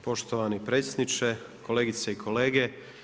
Poštovani predsjedniče, kolegice i kolege.